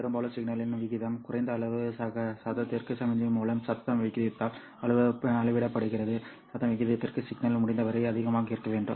அதனால் பெரும்பாலும் சிக்னலின் விகிதம் குறைந்த அளவு சத்தத்திற்கு சமிக்ஞை மூலம் சத்தம் விகிதத்தால் அளவிடப்படுகிறது சத்தம் விகிதத்திற்கு சிக்னல் முடிந்தவரை அதிகமாக இருக்க வேண்டும்